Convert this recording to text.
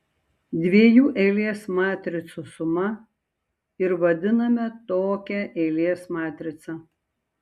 dviejų eilės matricų suma ir vadiname tokią eilės matricą